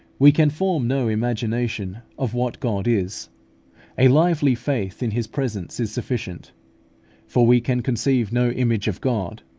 we can form no imagination of what god is a lively faith in his presence is sufficient for we can conceive no image of god,